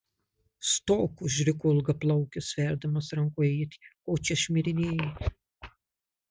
stok užriko ilgaplaukis sverdamas rankoje ietį ko čia šmirinėji